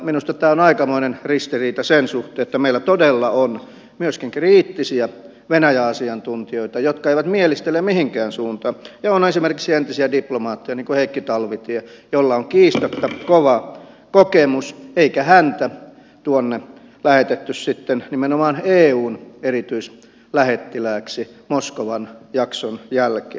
minusta tässä on aikamoinen ristiriita sen suhteen että meillä todella on myöskin kriittisiä venäjä asiantuntijoita jotka eivät mielistele mihinkään suuntaan ja on esimerkiksi entisiä diplomaatteja niin kuin heikki talvitie jolla on kiistatta kova kokemus eikä häntä tuonne lähetetty nimenomaan eun erityislähettilääksi moskovan jakson jälkeen